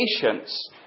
patience